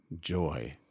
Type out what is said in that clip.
joy